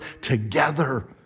together